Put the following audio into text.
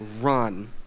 run